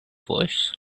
voice